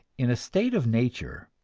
in a state of nature,